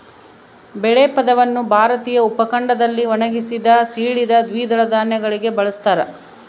ಬೇಳೆ ಪದವನ್ನು ಭಾರತೀಯ ಉಪಖಂಡದಲ್ಲಿ ಒಣಗಿಸಿದ, ಸೀಳಿದ ದ್ವಿದಳ ಧಾನ್ಯಗಳಿಗೆ ಬಳಸ್ತಾರ